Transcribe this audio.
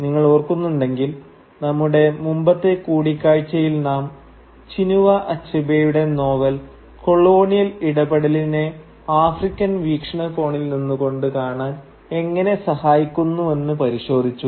നിങ്ങൾ ഓർക്കുന്നുണ്ടെങ്കിൽ നമ്മുടെ മുമ്പത്തെ കൂടിക്കാഴ്ചയിൽ നാം ചിനുവ അച്ഛബേയുടെ നോവൽ കൊളോണിയൽ ഇടപെടലിനെ ആഫ്രിക്കൻ വീക്ഷണ കോണിൽ നിന്നുകൊണ്ട് കാണാൻ എങ്ങനെ സഹായിക്കുന്നുവെന്ന് പരിശോധിച്ചു